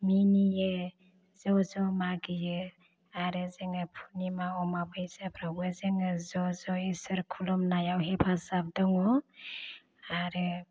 मिनियो ज ज मागियो आरो जोङो फुर्णिमा अमाबैसाफ्रावबो जोङो ज ज इसोर खुलुमनायाव हेफाजाब दङ आरो